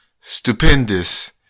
stupendous